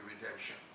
redemption